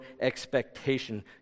expectation